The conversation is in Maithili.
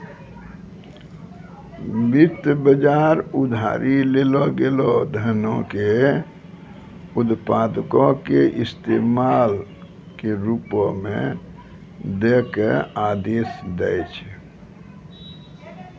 वित्त बजार उधारी लेलो गेलो धनो के उत्पादको के इस्तेमाल के रुपो मे दै के आदेश दै छै